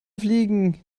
fliegen